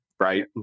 right